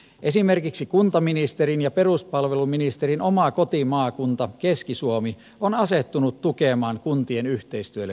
esimerkiksi kuntaministerin ja peruspalveluministerin oma kotimaakunta keski suomi on asettunut tukemaan kuntien yhteistyölle perustuvaa ratkaisua